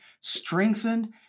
strengthened